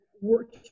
work